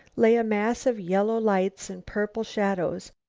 lay a mass of yellow lights and purple shadows,